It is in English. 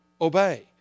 obey